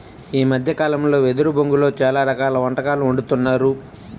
ఈ మద్దె కాలంలో వెదురు బొంగులో చాలా రకాల వంటకాలు వండుతున్నారు